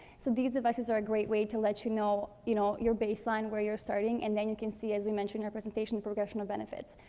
so these devices are a great way to let you know, you know, your baseline, where you're starting, and then you can see, as we mentioned in our presentation, the progression of benefits.